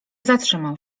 zatrzymał